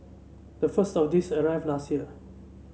the first of these arrived last year